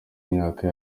imyaka